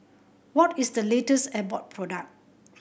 what is the latest Abbott product